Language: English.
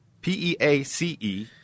P-E-A-C-E